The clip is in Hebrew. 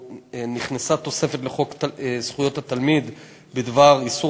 נכנסה תוספת לחוק זכויות התלמיד בדבר איסור